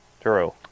True